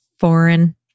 Foreign